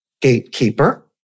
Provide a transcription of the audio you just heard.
gatekeeper